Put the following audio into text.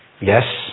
Yes